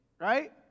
Right